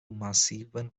massiven